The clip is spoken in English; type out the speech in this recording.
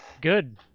Good